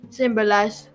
symbolize